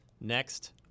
next